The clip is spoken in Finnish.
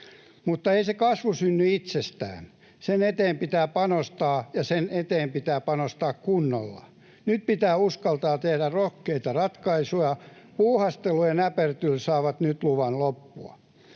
Mutta ei se kasvu synny itsestään. Sen eteen pitää panostaa, ja sen eteen pitää panostaa kunnolla. Nyt pitää uskaltaa tehdä rohkeita ratkaisuja. Puuhastelu ja näpertely saavat nyt luvan loppua.